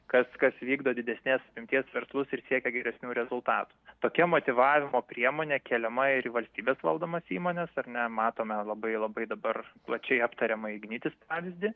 kas kas vykdo didesnės imties verslus ir siekia geresnių rezultatų tokia motyvavimo priemonė keliama ir į valstybės valdomas įmones ar ne matome labai labai dabar plačiai aptariamą ignitis pavyzdį